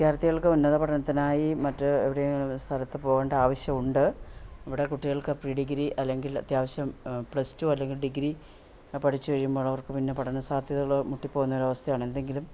വിദ്യാത്ഥികൾക്ക് ഉന്നത പഠനത്തിനായി മറ്റ് എവിടെ സ്ഥലത്ത് പോകേണ്ട ആവശ്യമുണ്ട് ഇവിടെ കുട്ടികൾക്ക് പ്രിഡിഗ്രി അല്ലെങ്കിൽ അത്യാവശ്യം പ്ലസ് ടു അല്ലെങ്കിൽ ഡിഗ്രി പഠിച്ചു കഴിയുമ്പോൾ അവർക്ക് പിന്നെ പഠന സാധ്യതൽകൾ മുട്ടിപ്പോകുന്ന ഒരു അവസ്ഥയാണ് എന്തെങ്കിലും